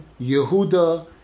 Yehuda